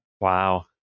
Wow